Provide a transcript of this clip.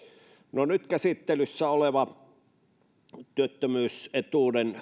no nyt käsittelyssä oleva työttömyysetuuden